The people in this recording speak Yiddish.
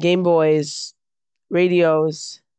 געים בויס, רעדיאס.